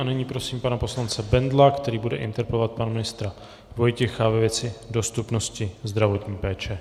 Nyní prosím pana poslance Bendla, který bude interpelovat pana ministra Vojtěcha ve věci dostupnosti zdravotní péče.